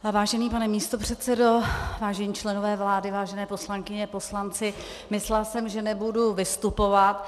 Vážený pane místopředsedo, vážení členové vlády, vážené poslankyně, poslanci, myslela jsem, že nebudu vystupovat.